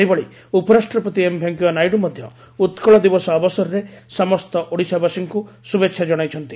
ସେହିଭଳି ଉପ ରାଷ୍ଟ୍ରପତି ଏମ ଭେଙ୍କେୟା ନାଇଡୁ ମଧ୍ଧ ଉକ୍ଳ ଦିବସ ଅବସରରେ ସମସ୍ତ ଓଡିଶାବାସୀଙ୍କୁ ଶୁଭେଚ୍ଚା ଜଣାଇଛନ୍ତି